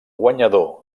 guanyador